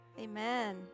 amen